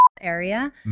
area